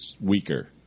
weaker